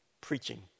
preaching